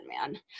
man